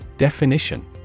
Definition